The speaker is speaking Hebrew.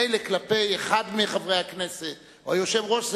מילא כלפי אחד מחברי הכנסת או היושב-ראש,